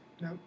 no